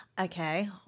Okay